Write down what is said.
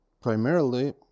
primarily